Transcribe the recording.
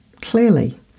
clearly